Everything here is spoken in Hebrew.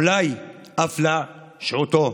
ואולי אף להשעותו,